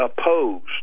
opposed